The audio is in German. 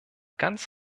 ganz